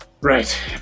Right